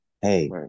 hey